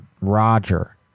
Roger